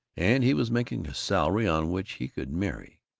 and he was making a salary on which he could marry,